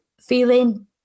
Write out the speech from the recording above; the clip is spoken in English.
feeling